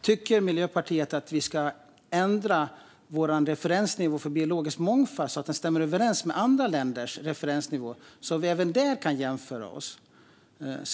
Tycker Miljöpartiet att vi ska ändra vår referensnivå för biologisk mångfald så att den stämmer överens med andra länders referensnivå så att vi även där kan jämföra oss?